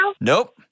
Nope